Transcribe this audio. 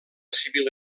civil